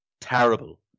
terrible